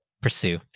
pursue